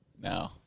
No